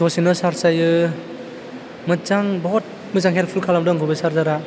दसेनो चार्जा जायो मोदजां बहत मोजां हेल्डपुल खालामदों आंखौ बे चार्जारा